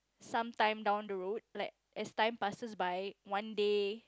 some time down the road like as time passes by one day